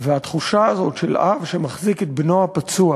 והתחושה הזאת של האב שמחזיק את בנו הפצוע